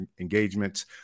engagements